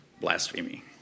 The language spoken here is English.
blasphemy